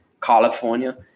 California